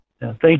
Thank